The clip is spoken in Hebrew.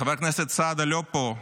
חבר הכנסת סעדה לא פה.